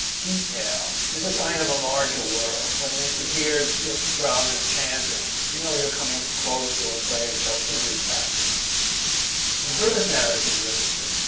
detail is a sign of a larger world. when you could hear the brahmins chanting, you know you're coming close to a place of hindu practice. in buddhist narrative literature,